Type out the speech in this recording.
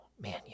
man